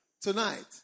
Tonight